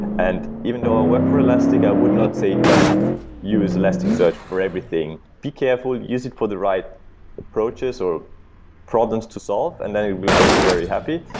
and even though i work for elastic, i would not say just use elasticsearch for everything. be careful. use it for the right approaches, or problems to solve, and then it will make you very happy.